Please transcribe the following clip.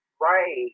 Right